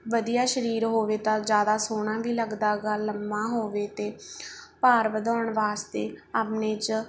ਵਧੀਆ ਸਰੀਰ ਹੋਵੇ ਤਾਂ ਜ਼ਿਆਦਾ ਸੋਹਣਾ ਵੀ ਲੱਗਦਾ ਗਾ ਲੰਮਾ ਹੋਵੇ ਅਤੇ ਭਾਰ ਵਧਾਉਣ ਵਾਸਤੇ ਆਪਣੇ 'ਚ